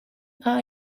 are